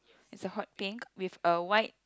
is a hot pink with a white